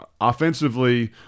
offensively